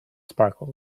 sparkled